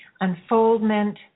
unfoldment